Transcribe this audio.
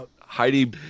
Heidi